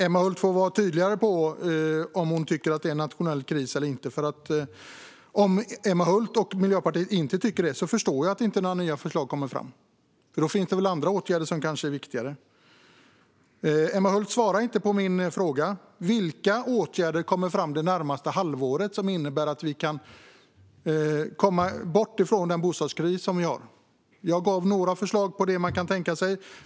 Emma Hult får vara tydligare med om hon tycker att det är en nationell kris eller inte. Om Emma Hult och Miljöpartiet inte tycker det förstår jag att det inte kommer några nya förslag, för då finns det väl andra åtgärder som de tycker är viktigare. Emma Hult svarade inte på min fråga. Vilka åtgärder kommer det närmaste halvåret som innebär att vi kan komma bort från den bostadskris som vi har? Jag gav några tänkbara förslag.